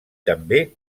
també